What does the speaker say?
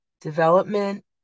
Development